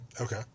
Okay